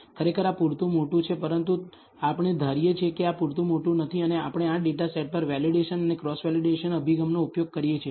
ખરેખર આ પૂરતું મોટું છે પરંતુ આપણે ધારીએ છીએ કે આ પૂરતું મોટું નથી અને આપણે આ ડેટા સેટ પર વેલિડેશન અને ક્રોસ વેલિડેશન અભિગમનો ઉપયોગ કરીએ છીએ